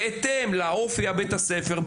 בהתאם לאופי בית הספר,